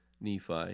Nephi